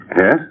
Yes